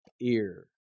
ear